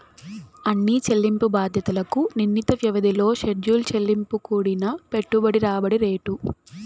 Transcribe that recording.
అన్ని చెల్లింపు బాధ్యతలకు నిర్ణీత వ్యవధిలో షెడ్యూల్ చెల్లింపు కూడిన పెట్టుబడి రాబడి రేటు